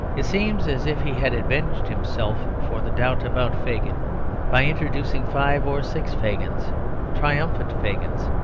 it seems as if he had avenged himself for the doubt about fagin by introducing five or six fagins triumphant fagins,